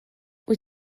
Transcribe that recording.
wyt